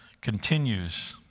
continues